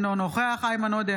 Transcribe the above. אינו נוכח איימן עודה,